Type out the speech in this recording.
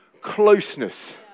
closeness